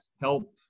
help